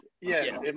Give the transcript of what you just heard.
Yes